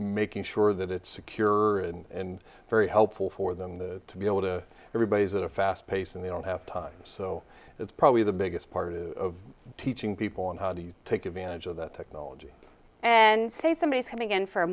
making sure that it's secure and very helpful for them to be able to everybody's at a fast pace and they don't have time so that's probably the biggest part of teaching people on how do you take advantage of that technology and say somebody coming in for a